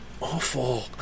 Awful